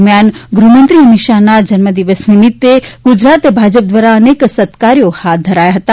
દરમિયાન ગૃહમંત્રી અમિત શાહના જન્મદિવસ નિમિત્તે ગુજરાત ભાજપ દ્વારા અનેક સત્કાર્ય હાથ ધરાયા હતા